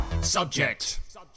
Subject